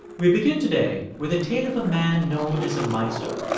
we begin today with a tale of a man known as a miser,